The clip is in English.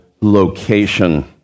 location